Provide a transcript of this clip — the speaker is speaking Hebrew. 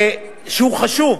שהוא חשוב,